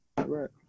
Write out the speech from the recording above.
Right